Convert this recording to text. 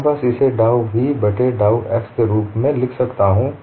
मैं बस इसे डाउ v बट्टे डाउ x के रूप में लिख सकता हूं